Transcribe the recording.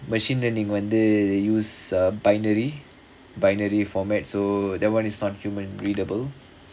machine learning வந்து:vandhu use uh binary binary format so that [one] is not human readable